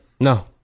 No